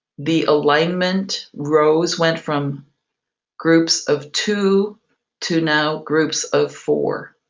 the alignment rows went from groups of two to now groups of four.